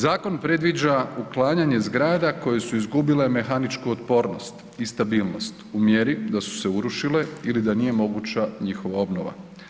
Zakon predviđa uklanjanje zgrada koje su izgubile mehaničku otpornost i stabilnost u mjeri da su se urušile ili da nije moguća njihova obnova.